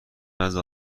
نزد